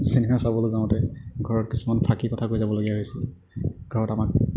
cinema চাবলৈ যাওঁতে ঘৰত কিছুমান ফাকি কথা কৈ যাবলগীয়া হৈছিল কাৰণ আমাক